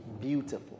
beautiful